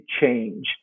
change